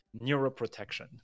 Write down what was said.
neuroprotection